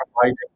providing